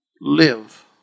live